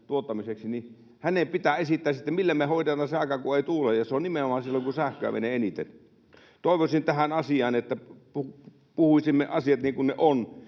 pitää esittää, millä me hoidetaan se aika, kun ei tuule. Ja se on nimenomaan silloin, kun sähköä menee eniten. Toivoisin tähän asiaan, että puhuisimme asiat niin kuin ne ovat.